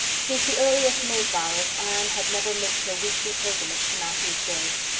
since the earliest mayflowers anne had never missed her weekly pilgrimage to matthew's grave.